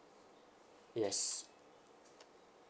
yes